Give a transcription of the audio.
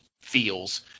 feels